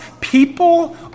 people